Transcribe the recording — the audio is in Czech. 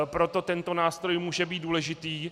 Proto tento nástroj může být důležitý.